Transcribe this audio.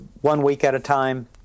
one-week-at-a-time